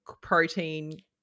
protein